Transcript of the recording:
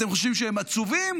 אתם חושבים שהם עצובים